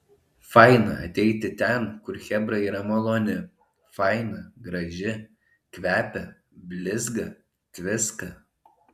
faina ateiti ten kur chebra yra maloni faina graži kvepia blizga tviska